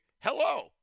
hello